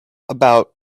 about